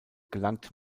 gelangt